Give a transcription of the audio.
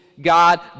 God